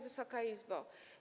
Wysoka Izbo!